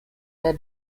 der